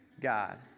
God